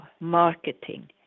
marketing